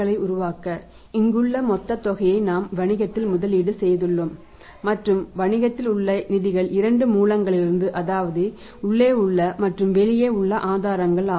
இந்த அளவிலான சொத்துக்களை உருவாக்க இங்குள்ள மொத்தத் தொகை நாம் வணிகத்தில் முதலீடு செய்துள்ளோம் மற்றும் வணிகத்தில் உள்ள நிதிகள் இரண்டு மூலங்களிலிருந்து அதாவது உள்ளே உள்ள மற்றும் வெளியே உள்ள ஆதாரங்கள் ஆகும்